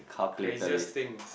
craziest thing